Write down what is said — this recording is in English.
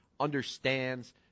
understands